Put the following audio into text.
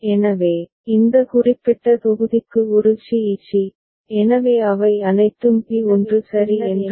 எனவே இந்த குறிப்பிட்ட தொகுதிக்கு ஒரு சி இ சி எனவே அவை அனைத்தும் பி 1 சரி என்ற ஒரே தொகுதியில் உள்ளன